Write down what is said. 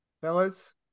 fellas